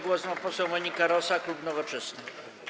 Głos ma poseł Monika Rosa, klub Nowoczesna.